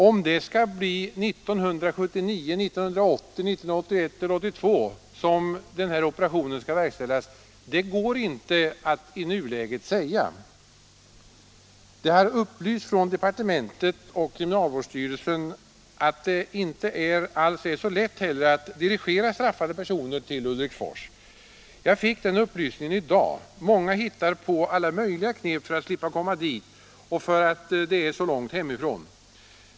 Om det skall bli 1979, 1980, 1981 elter 1982 som den här operationen verkställs kan man i nuläget inte förutsäga. Dei har upplysts från departementet och kriminalvårdsstyrelsen att det inte alls är så lätt att dirigera dömda personer till Ulriksfors. Jag fick den upplysningen i dag. Många hittar på alla möjliga knep för att slippa komma dit, därför att det är så långt hemifrån.